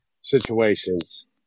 situations